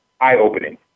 eye-opening